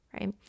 right